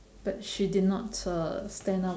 but she did not uh stand up